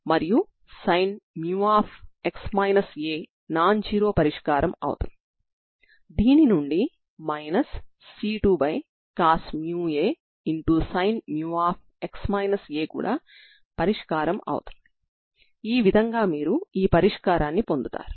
కాబట్టి ఒకటవ సరిహద్దు నియమాన్ని అప్లై చేసిన తర్వాత మీ సాధారణ పరిష్కారం Xxc2 అవుతుంది